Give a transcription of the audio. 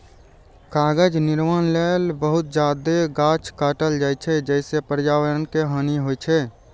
कागज निर्माण लेल बहुत जादे गाछ काटल जाइ छै, जइसे पर्यावरण के हानि होइ छै